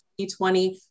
2020